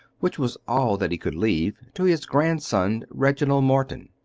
which was all that he could leave, to his grandson reginald morton.